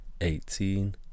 eighteen